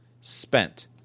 spent